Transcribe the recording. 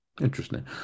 interesting